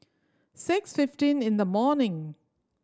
six fifteen in the morning